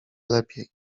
lepiej